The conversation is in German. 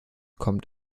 kommt